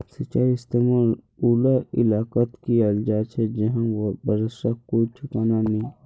सिंचाईर इस्तेमाल उला इलाकात कियाल जा छे जहां बर्षार कोई ठिकाना नी